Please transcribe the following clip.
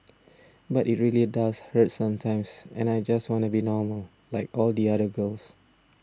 but it really does hurt sometimes and I just wanna be normal like all the other girls